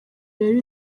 rero